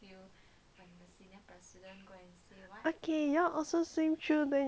okay you all also swim through then you all will become my favourite